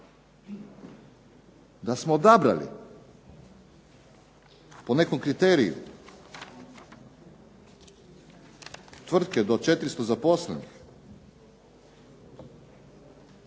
Da smo odabrali po nekom kriteriju tvrtke do 400 zaposlenih